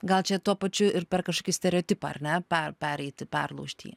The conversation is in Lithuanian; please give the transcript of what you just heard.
gal čia tuo pačiu ir per kažkokį stereotipą ar ne per pereiti perlaužt jį